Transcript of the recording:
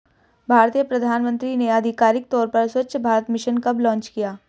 भारतीय प्रधानमंत्री ने आधिकारिक तौर पर स्वच्छ भारत मिशन कब लॉन्च किया?